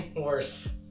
worse